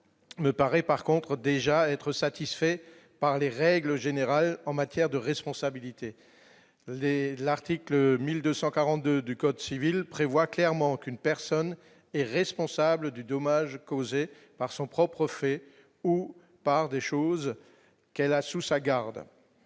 ne paraît par contre déjà être satisfait par les règles générales en matière de responsabilité les l'article 1242 du Code civil prévoit clairement qu'une personne est responsable du dommage causé par son propre fait, ou par des choses qu'elle a sous sa garde,